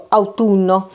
autunno